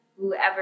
whoever